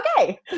okay